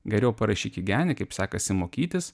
geriau parašyk į genį kaip sekasi mokytis